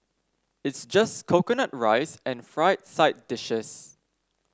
it's just coconut rice and fried side dishes